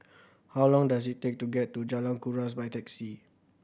how long does it take to get to Jalan Kuras by taxi